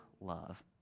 love